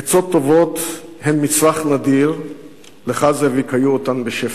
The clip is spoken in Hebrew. עצות טובות הן מצרך נדיר, לך, זאביק, היו בשפע.